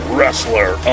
Wrestler